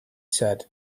said